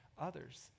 others